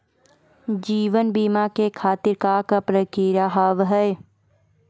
जीवन बीमा के खातिर का का प्रक्रिया हाव हाय?